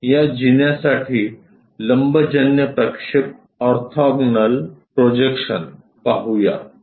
या जिन्यासाठी लंबजन्य प्रक्षेप ऑर्थोग्नोल प्रोजेक्शन पाहू या